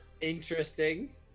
Interesting